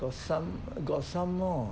got some got some more